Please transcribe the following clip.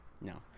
no